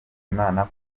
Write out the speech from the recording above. imana